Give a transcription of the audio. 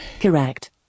correct